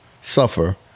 suffer